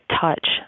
touch